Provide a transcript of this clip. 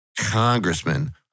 congressman